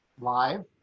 live